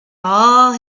all